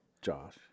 Josh